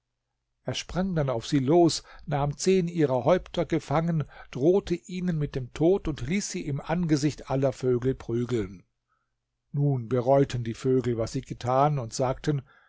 er sprang dann auf sie los nahm zehn ihrer häupter gefangen drohte ihnen mit dem tod und ließ sie im angesicht aller vögel prügeln nun bereuten die vögel was sie getan und sagten